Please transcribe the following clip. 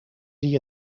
die